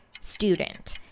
student